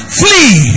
flee